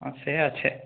সে আছে